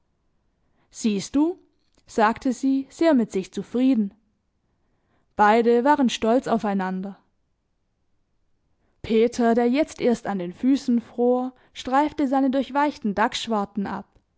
siehst du sagte sie sehr mit sich zufrieden beide waren stolz aufeinander peter der jetzt erst an den füßen fror streifte seine durchweichten dachsschwarten ab